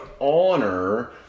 honor